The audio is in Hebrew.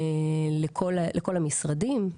לכל המשרדים.